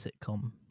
sitcom